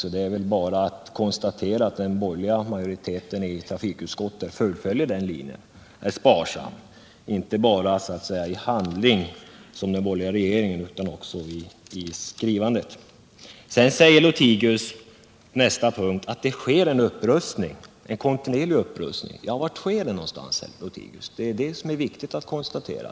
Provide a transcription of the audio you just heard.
Det är väl bara att konstatera att den borgerliga majoriteten i trafikutskottet följer den spar | samma linjen. Det har skett inte bara i handling utan även i själva skrivandet. 149 Sedan säger herr Lothigius att en kontinuerlig upprustning sker. Var sker denna någonstans, herr Lothigius? Detta är viktigt att konstatera.